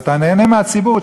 אז אתה נהנה מהציבור,